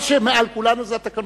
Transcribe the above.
מה שמעל כולנו זה התקנון.